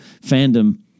fandom